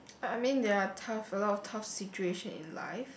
I mean ya tough a lot of tough situation in life